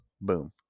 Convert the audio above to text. boom